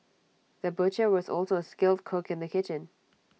the butcher was also A skilled cook in the kitchen